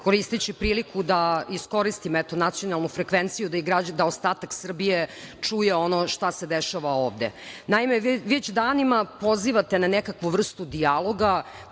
koristeći priliku da iskoristim eto nacionalnu frekvenciju da ostatak Srbije čuje ono šta se dešava ovde. Naime, već danima pozivate na nekakvu vrstu dijaloga